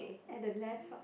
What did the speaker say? at the left ah